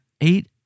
eight